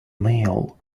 meal